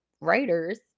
writers